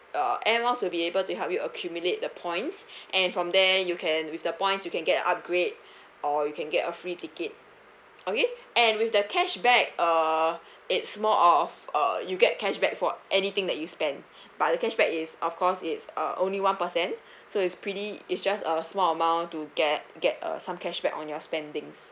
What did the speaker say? uh air miles will be able to help you accumulate the points and from there you can with the points you can get upgrade or you can get a free ticket okay and with the cashback uh it's more of uh you get cashback for anything that you spend but the cashback is of course it's uh only one percent so it's pretty it's just a small amount to get get uh some cashback on your spendings